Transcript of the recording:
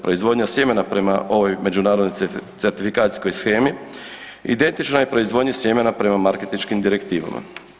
Proizvodnja sjemena prema ovoj međunarodnoj certifikacijskoj shemi identična je proizvodnji sjemena prema marketinškim direktivama.